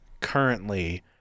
currently